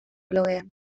blogean